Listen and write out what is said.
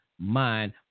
mind